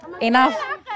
Enough